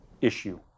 issue